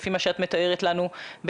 לפי מה שאת מתארת לנו בעצם,